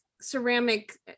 ceramic